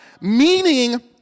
Meaning